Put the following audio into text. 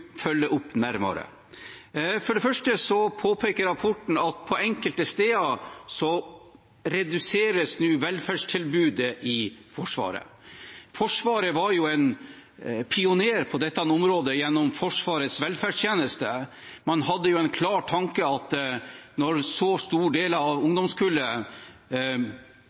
følge opp nærmere. For det første påpeker rapporten at velferdstilbudet nå reduseres på enkelte steder i Forsvaret. Forsvaret var jo en pioner på dette området gjennom Forsvarets velferdstjeneste. Man hadde en klar tanke om at når en så stor del av